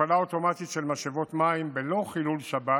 הפעלה אוטומטית של משאבות מים בלא חילול שבת